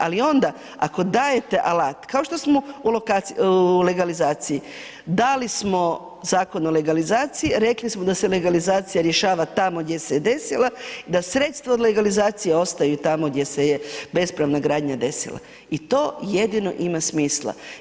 Ali onda ako dajete alat, kao što smo u legalizaciji dali smo Zakon o legalizaciji, rekli smo da se legalizacija rješava tamo gdje se desila, da sredstva od legalizacije ostaju tamo gdje se je bespravna gradnja desila i to jedino ima smisla.